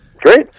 Great